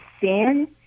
sin